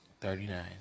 Thirty-nine